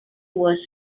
was